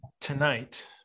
tonight